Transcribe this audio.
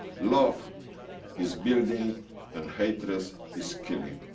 love is building and hatred is killing.